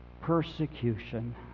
persecution